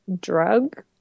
drug